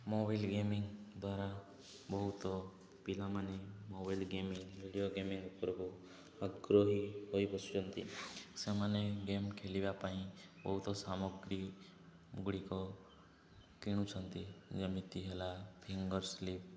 mobile gaming ଦ୍ୱାରା ବହୁତ ପିଲାମାନେ ମୋବାଇଲ ଗେମିଙ୍ଗ ଭିଡ଼ିଓ ଗେମିଙ୍ଗ ଉପରକୁ ଆଗ୍ରହୀ ହୋଇ ବସୁଛନ୍ତି ସେମାନେ ଗେମ୍ ଖେଳିବା ପାଇଁ ବହୁତ ସାମଗ୍ରୀ ଗୁଡ଼ିକ କିଣୁଛନ୍ତି ଯେମିତି ହେଲା ଫିଙ୍ଗର୍ ସ୍ଲିପ୍